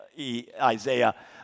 Isaiah